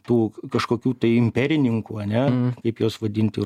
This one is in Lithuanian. tų kažkokių tai imperininkų ane kaip juos vadinti